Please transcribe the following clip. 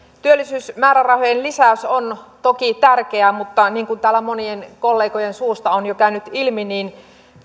työllisyysmäärärahojen lisäys on toki tärkeä mutta niin kuin täällä monien kollegojen suusta on jo käynyt ilmi